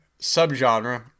subgenre